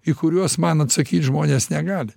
į kuriuos man atsakyt žmonės negali